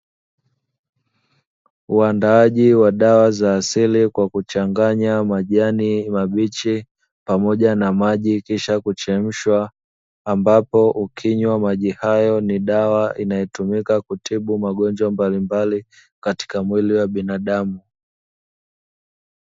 Uandaaji wa dawa za asili kwa kuchanganya majani mabichi pamoja na maji kisha kuchemshwa ambapo ukinywa maji hayo itakuwa ni dawa ya kutibu magonjwa mbalimbali katika mwili wa binadamu.